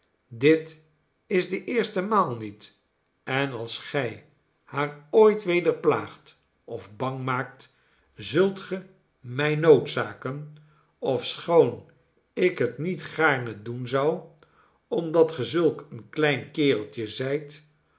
dit is de eerste maal niet en als gij haar ooit weder plaagt of bang maakt zult ge mij noodzaken ofschoon ik het niet gaarne doen zou omdat ge zulk een klein kereltje